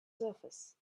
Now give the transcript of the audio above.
surface